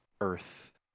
earth